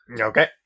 Okay